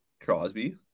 Crosby